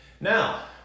Now